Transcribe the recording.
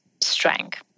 strength